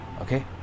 Okay